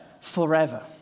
forever